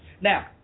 Now